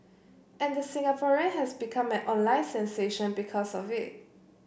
and the Singaporean has become an online sensation because of it